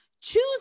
choose